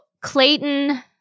Clayton